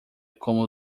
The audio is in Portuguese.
como